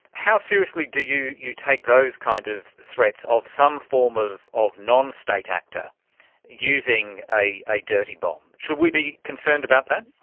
how seriously do you you take those kind of threats of some form of of non-state actor using a a dirty bomb? should we be concerned about that?